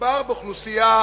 מדובר באוכלוסייה